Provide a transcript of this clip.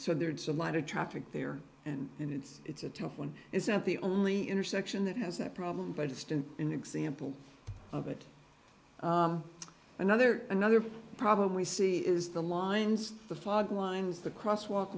so there's a lot of traffic there and and it's it's a tough one isn't the only intersection that has that problem but just in an example of it another another problem we see is the lines the fog lines the crosswalk